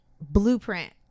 blueprint